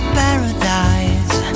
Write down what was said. paradise